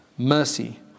Mercy